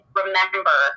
remember